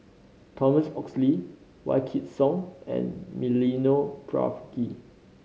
Thomas Oxley Wykidd Song and Milenko Prvacki